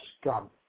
scum